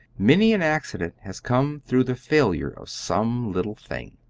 many an accident has come through the failure of some little thing.